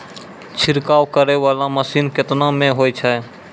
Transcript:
छिड़काव करै वाला मसीन केतना मे होय छै?